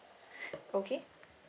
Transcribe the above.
okay